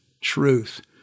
truth